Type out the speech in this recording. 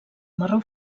marró